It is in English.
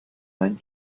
men